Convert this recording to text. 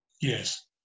Yes